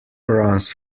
runs